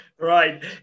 Right